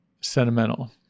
sentimental